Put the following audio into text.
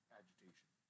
agitation